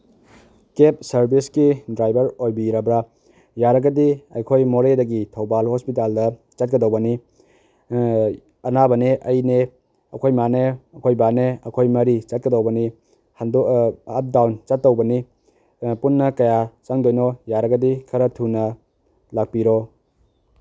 ꯀꯦꯕ ꯁꯔꯚꯤꯁꯀꯤ ꯗ꯭ꯔꯥꯏꯚꯔ ꯑꯣꯏꯕꯤꯔꯕ꯭ꯔꯥ ꯌꯥꯔꯒꯗꯤ ꯑꯩꯈꯣꯏ ꯃꯣꯔꯦꯗꯒꯤ ꯊꯧꯕꯥꯜ ꯍꯣꯁꯄꯤꯇꯥꯜꯗ ꯆꯠꯀꯗꯧꯕꯅꯤ ꯑꯅꯥꯕꯅꯦ ꯑꯩꯅꯦ ꯑꯩꯈꯣꯏ ꯃꯥꯅꯦ ꯑꯩꯈꯣꯏ ꯕꯥꯅꯦ ꯑꯩꯈꯣꯏ ꯃꯔꯤ ꯆꯠꯀꯗꯧꯕꯅꯤ ꯑꯞ ꯗꯥꯎꯟ ꯆꯠꯇꯧꯕꯅꯤ ꯄꯨꯟꯅ ꯀꯌꯥ ꯆꯪꯗꯣꯏꯅꯣ ꯌꯥꯔꯒꯗꯤ ꯈꯔ ꯊꯨꯅ ꯂꯥꯛꯄꯤꯔꯣ